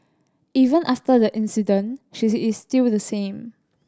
even after the incident she is still the same